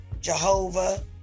Jehovah